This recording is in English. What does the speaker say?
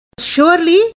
surely